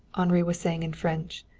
henri was saying in french,